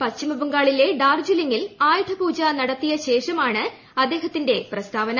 പശ്ചിമബംഗാളിലെ ഡാർജിലിംഗിൽ ആയുധപൂജ നടത്തിയ ശേഷമാണ് അദ്ദേഹത്തിന്റെ പ്രസ്താവന